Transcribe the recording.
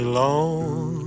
long